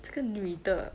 这个女的